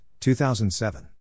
2007